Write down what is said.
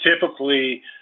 typically